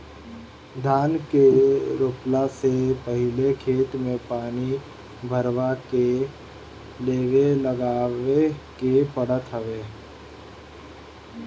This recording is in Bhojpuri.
धान के रोपला से पहिले खेत में पानी भरवा के लेव लगावे के पड़त हवे